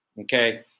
Okay